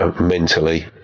mentally